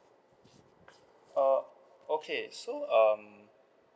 uh okay so um